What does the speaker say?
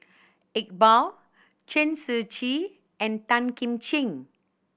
Iqbal Chen Shiji and Tan Kim Ching